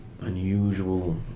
unusual